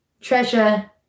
Treasure